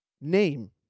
name